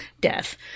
Death